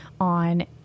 on